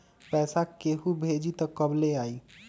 पैसा केहु भेजी त कब ले आई?